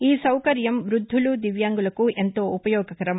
ఈ సౌకర్యం పృద్దులు దివ్యాంగులకు ఎంతో ఉపయోగకరం